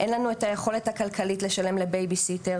אין לנו את היכולת הכלכלית לשלם לבייביסיטר